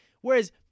Whereas